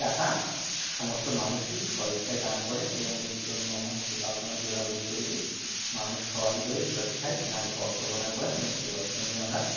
টাকা সমস্ত মানুষই স্বইচ্ছায় দান করেন এবং এর জন্য মানুষকে কাউকে আমরা জোরাগুরি করি নি মানুষ সহৃদয়ে স্বইচ্ছায় আমাদেরকে অর্থ প্রদান করেন এবং সে অর্থ নিয়ে আমরা